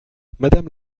madame